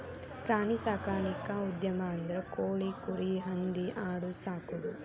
ಪ್ರಾಣಿ ಸಾಕಾಣಿಕಾ ಉದ್ಯಮ ಅಂದ್ರ ಕೋಳಿ, ಕುರಿ, ಹಂದಿ ಆಡು ಸಾಕುದು